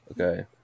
Okay